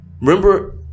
Remember